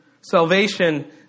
Salvation